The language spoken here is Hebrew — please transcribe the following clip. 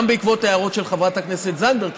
גם בעקבות ההערות של חברת הכנסת זנדברג,